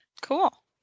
Cool